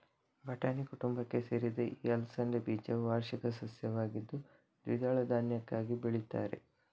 ಬಟಾಣಿ ಕುಟುಂಬಕ್ಕೆ ಸೇರಿದ ಈ ಅಲಸಂಡೆ ಬೀಜವು ವಾರ್ಷಿಕ ಸಸ್ಯವಾಗಿದ್ದು ದ್ವಿದಳ ಧಾನ್ಯಕ್ಕಾಗಿ ಬೆಳೀತಾರೆ